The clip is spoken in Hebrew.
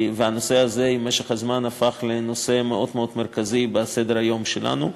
והנושא הזה במשך הזמן הפך לנושא מאוד מאוד מרכזי בסדר-היום שלנו,